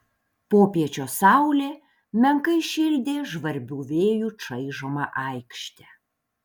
popiečio saulė menkai šildė žvarbių vėjų čaižomą aikštę